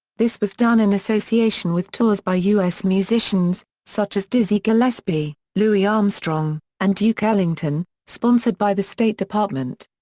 this was done in association with tours by u s. musicians, such as dizzy gillespie, louis armstrong, and duke ellington, sponsored by the state department.